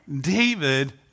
David